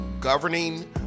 governing